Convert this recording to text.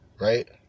Right